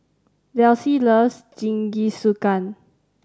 Delsie loves Jingisukan